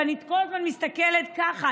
ואני כל הזמן מסתכלת ככה,